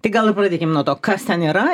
tai gal ir pradėkim nuo to kas ten yra